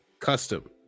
Custom